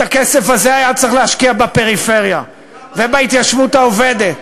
את הכסף הזה היה צריך להשקיע בפריפריה ובהתיישבות העובדת,